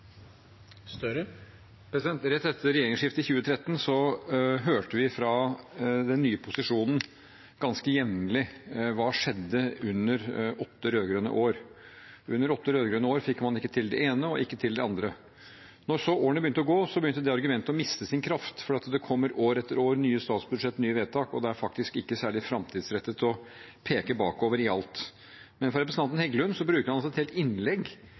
Rett etter regjeringsskiftet i 2013 hørte vi ganske jevnlig fra den nye posisjonen: Hva skjedde under åtte rød-grønne år? – Under åtte rød-grønne år fikk man ikke til det ene og ikke til det andre. Når så årene gikk, begynte dette argumentet å miste sin kraft, fordi det år etter år kommer nye statsbudsjett, nye vedtak. Det er faktisk ikke særlig framtidsrettet å peke bakover i alt. Men representanten Heggelund bruker